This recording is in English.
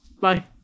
Bye